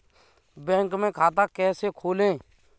Bank में खाता कैसे खोलें?